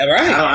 right